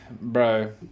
bro